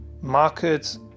markets